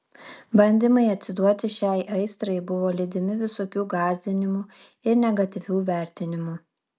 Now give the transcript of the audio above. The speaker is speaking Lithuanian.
bandymai atsiduoti šiai aistrai buvo lydimi visokių gąsdinimų ir negatyvių vertinimų